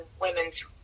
women's